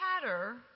chatter